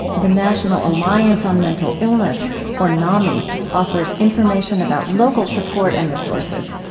the national alliance on mental illness or nami offers information about local support and resources.